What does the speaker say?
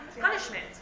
punishment